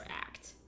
act